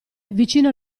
vicino